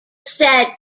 said